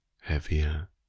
heavier